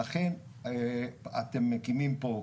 לכן אתם מקימים פה קרן,